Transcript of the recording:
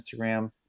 Instagram